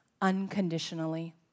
unconditionally